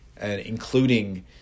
including